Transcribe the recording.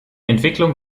entwicklung